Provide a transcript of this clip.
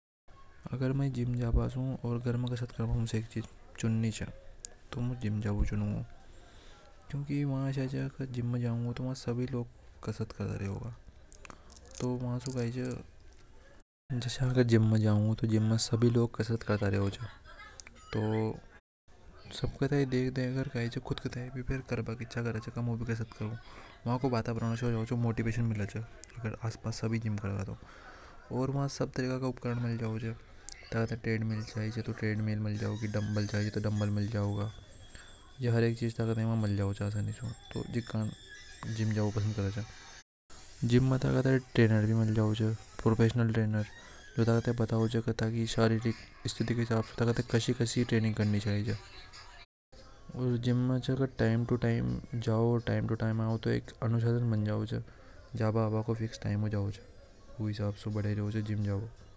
अगर मै जीम ओर घर में कसरत करनी होवे तो मु जीम। में जानो पसंद करूंगा क्योंकि जीम में सभी कसरत च तो सभीको देख कर कसरत करबआ को मन होवे च सभी के बॉडी रेवे च तो वा से मोटिवेशन मिले च। व की बता से जीम करना मन होवे व सभी तरह का उपकरण मिले च एड मिल चाव तो टेड मिल मल जावेगी डबल चाव तो डम्बल मिल जावे गा। जीम में तो ट्रेनर मिल जावे च प्रोफेशनल ट्रेनर जो बतावे ओर जीम में टाइम टू टाइम जाओ जिसे अनुशासन बन जावे च रोज जवा को।